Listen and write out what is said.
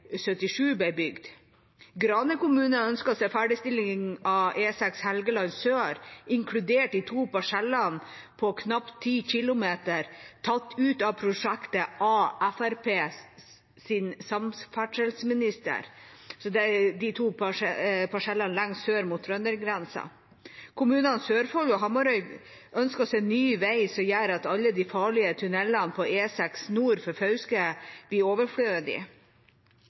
77 ble bygd. Grane kommune ønsker seg ferdigstilling av E6 Helgeland sør, inkludert de to parsellene lengst sør mot trøndergrensa på knapt 10 kilometer, tatt ut av prosjektet av Fremskrittspartiets samferdselsminister. Kommunene sør for Hamarøy ønsker seg ny vei som gjør at alle de farlige tunnelene på E6 nord for Fauske blir